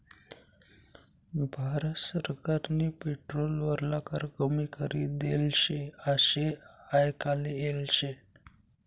भारत सरकारनी पेट्रोल वरला कर कमी करी देल शे आशे आयकाले येल शे